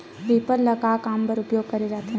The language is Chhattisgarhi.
रीपर ल का काम बर उपयोग करे जाथे?